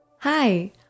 Hi